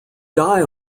die